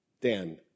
Dan